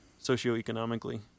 socioeconomically